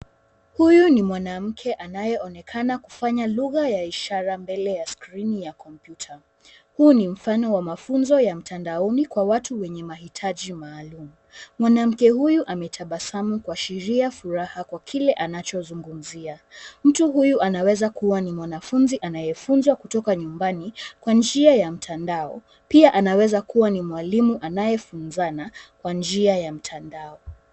Huyu ni mwanamke anayeonekana kufanya lugha ya ishara mbele ya skrini ya kompyuta. Huu ni mfano wa mafunzo ya mtandaoni kwa watu wenye mahitaji maalum. Mwanamke huyu ametabasamu kuashiria furaha kwa kile anachozungumzia. Mtu huyu anaweza kuwa ni mwanafunzi anayefunzwa kutoka nyumbani, kwa njia ya mtandao, pia anaweza kuwa ni mwalimu anayefunzana kwa njia ya mtandao.